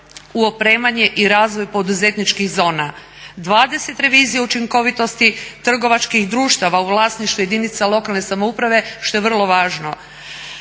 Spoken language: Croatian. u opremanje i razvoj poduzetničkih zona, 20 revizija učinkovitosti trgovačkih društava u vlasništvu jedinica lokalne samouprave što je vrlo važno,